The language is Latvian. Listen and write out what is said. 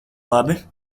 labi